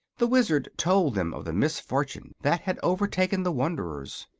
the wizard told them of the misfortune that had overtaken the wanderers.